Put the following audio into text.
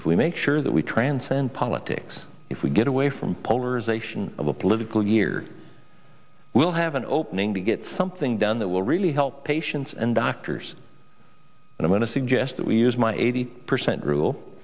if we make sure that we transcend politics if we get away from polarization of the political year we'll have an opening to get something done that will really help patients and doctors and i want to suggest that we use my eighty percent rule